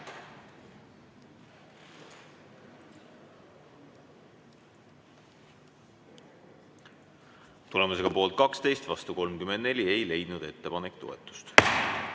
Tulemusega poolt 12 ja vastu 34, ei leidnud ettepanek toetust.